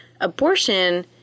abortion